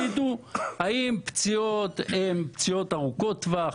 שיידעו האם הפציעות הן פציעות ארוכות טווח?